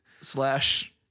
slash